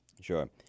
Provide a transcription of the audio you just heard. Sure